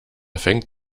fängt